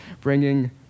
bringing